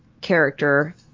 character